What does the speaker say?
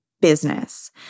business